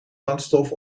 brandstof